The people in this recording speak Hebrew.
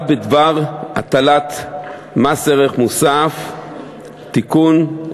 בדבר הטלת מס ערך מוסף (תיקון),